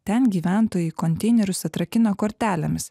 ten gyventojai konteinerius atrakina kortelėmis